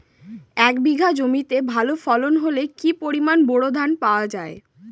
এক বিঘা জমিতে ভালো ফলন হলে কি পরিমাণ বোরো ধান পাওয়া যায়?